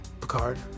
Picard